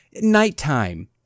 nighttime